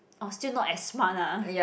orh still not as smart ah